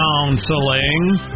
counseling